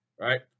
right